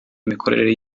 imikorere